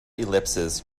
ellipses